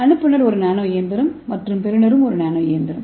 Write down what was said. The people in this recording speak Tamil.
அனுப்புநர் ஒரு நானோ இயந்திரம் மற்றும் பெறுநரும் ஒரு நானோ இயந்திரம்